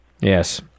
Yes